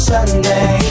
Sunday